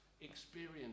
experience